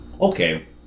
okay